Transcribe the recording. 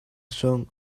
song